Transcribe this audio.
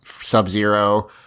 Sub-Zero